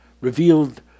revealed